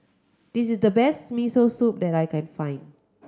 this is the best Miso Soup that I can find